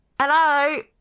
hello